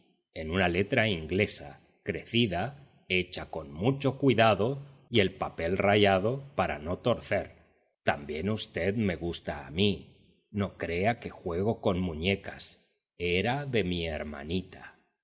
en una letra inglesa crecida hecha con mucho cuidado y el papel rayado para no torcer tan bien ustez me gusta a mí no crea que juego con muñecas era de mi ermanita